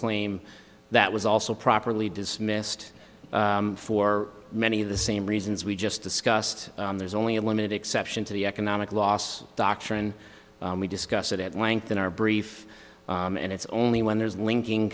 claim that was also properly dismissed for many of the same reasons we just discussed there's only a limited exception to the economic loss doctrine we discussed it at length in our brief and it's only when there's linking